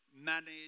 manage